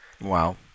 Wow